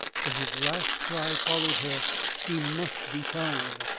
but his last cry followed her he must be found!